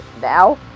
Now